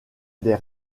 des